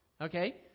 okay